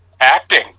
acting